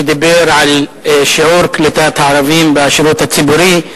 שדיבר על שיעור קליטת הערבים בשירות הציבורי.